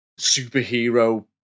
superhero